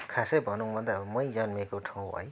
खासै भनौँ भने त मै जन्मिएको ठाउँ है